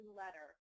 letter